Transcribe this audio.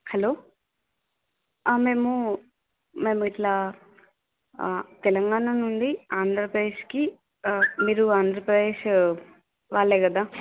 hello ఆ మేము మేము ఇట్లా ఆ తెలంగాణ నుండి ఆంధ్రప్రదేశ్కి ఆ మీరు ఆంధ్రప్రదేశ్ వాళ్ళే కదా